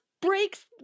breaks